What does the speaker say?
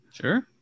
Sure